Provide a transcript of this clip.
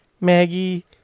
Maggie